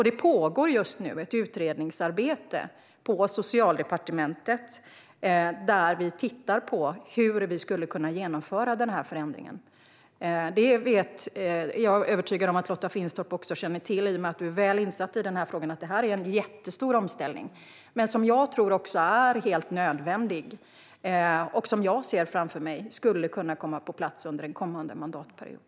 Det pågår just nu ett utredningsarbete på Socialdepartementet där vi tittar på hur vi skulle kunna genomföra den här förändringen. Jag är övertygad om att Lotta Finstorp känner till, i och med att du är väl insatt i den här frågan, att det här är en jättestor omställning. Men jag tror att den är helt nödvändig, och jag ser framför mig att den skulle kunna komma på plats under en kommande mandatperiod.